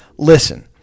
listen